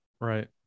Right